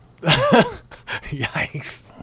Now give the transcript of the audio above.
Yikes